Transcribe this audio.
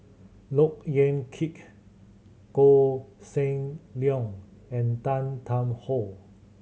Look Yan Kit Koh Seng Leong and Tan Tarn How